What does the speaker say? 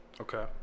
Okay